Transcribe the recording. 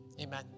Amen